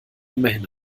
immerhin